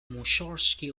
mussorgsky